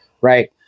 right